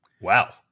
Wow